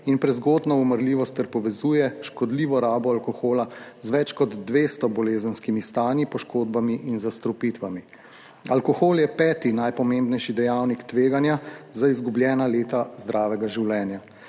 in prezgodnjo umrljivost ter povezuje škodljivo rabo alkohola z več kot 200 bolezenskimi stanji, poškodbami in zastrupitvami. Alkohol je peti najpomembnejši dejavnik tveganja za izgubljena leta zdravega življenja.